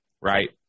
Right